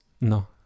No